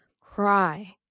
cry